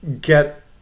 get